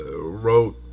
wrote